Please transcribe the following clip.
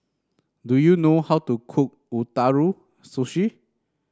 do you know how to cook Ootoro Sushi